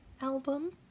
album